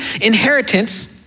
inheritance